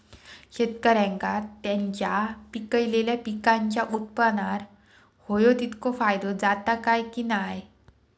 शेतकऱ्यांका त्यांचा पिकयलेल्या पीकांच्या उत्पन्नार होयो तितको फायदो जाता काय की नाय?